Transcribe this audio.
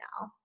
now